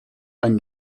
einen